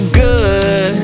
good